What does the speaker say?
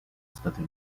stati